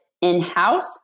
in-house